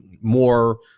more